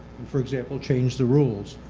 for example, change the rules.